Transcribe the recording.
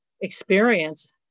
experience